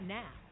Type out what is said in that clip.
now